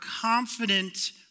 confident